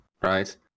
right